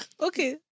okay